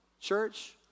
church